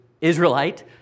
Israelite